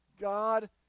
God